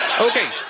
okay